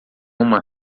uma